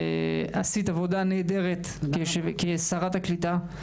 עשית עבודה נהדרת כשרת הקליטה,